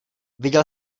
viděl